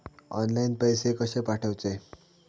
Online पैसे कशे पाठवचे?